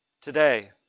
today